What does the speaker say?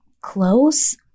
close